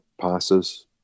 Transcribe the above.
passes